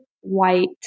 white